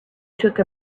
took